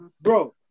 bro